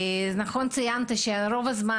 נכון ציינת שרוב הזמן